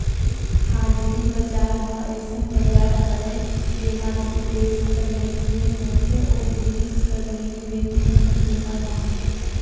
हाजिरी बजार ह अइसन बजार हरय जेंमा दू देस कर लेन देन होथे ओ जिनिस कर लेन देन उहीं बेरा म होथे